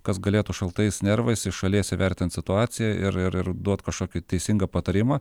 kas galėtų šaltais nervais iš šalies įvertint situaciją ir ir ir duot kažkokį teisingą patarimą